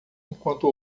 enquanto